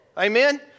Amen